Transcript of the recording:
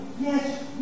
Yes